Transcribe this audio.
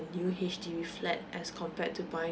new H_D_B flat as compared to buy